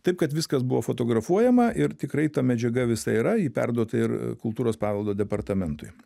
taip kad viskas buvo fotografuojama ir tikrai ta medžiaga visa yra ji perduota ir kultūros paveldo departamentui